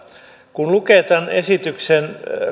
kun lukee tämän esityksen